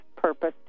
purpose